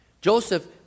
Joseph